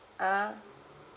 ah